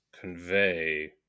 convey